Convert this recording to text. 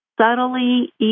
subtly